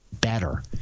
better